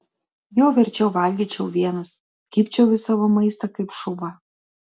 jau verčiau valgyčiau vienas kibčiau į savo maistą kaip šuva